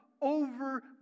over